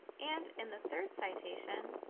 and in the third citation,